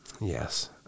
yes